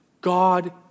God